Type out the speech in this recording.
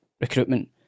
recruitment